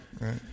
right